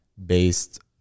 based